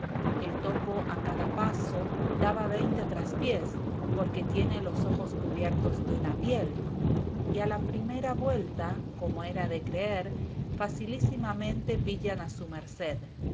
el topo a cada paso daba veinte traspiés porque tiene los ojos cubiertos de una piel y a la primera vuelta como era de creer facilísimamente pillan a su merced